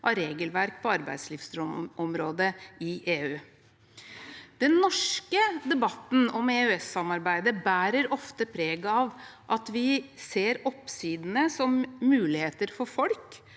av regelverk på arbeidslivsområdet i EU. Den norske debatten om EØS-samarbeidet bærer ofte preg av at vi ser oppsidene som muligheter for folk,